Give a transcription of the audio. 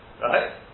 Right